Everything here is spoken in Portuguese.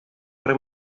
para